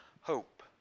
hope